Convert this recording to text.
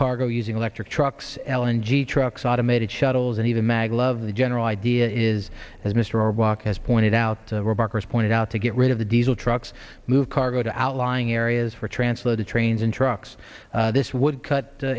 cargo using electric trucks l and g trucks automated shuttles and even mag love the general idea is as mr obama has pointed out we're barker's pointed out to get rid of the diesel trucks move cargo to outlying areas for translated trains and trucks this would cut